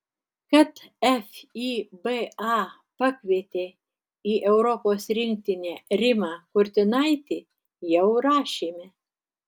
kad fiba pakvietė į europos rinktinę rimą kurtinaitį jau rašėme